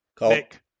Nick